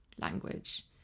language